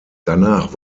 danach